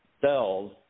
cells